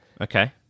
Okay